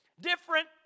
Different